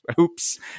Oops